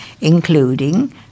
including